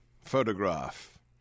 photograph